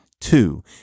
two